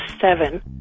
seven